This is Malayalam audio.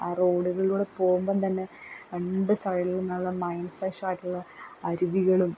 ആ റോഡുകളിലൂടെ പോവുമ്പംതന്നെ രണ്ട് സൈഡിലുംനിന്നുള്ള മൈൻഡ് ഫ്രെഷായിട്ടുള്ള അരുവികളും